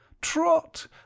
trot